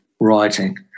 writing